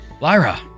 Lyra